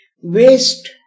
Waste